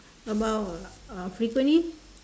about uh frequently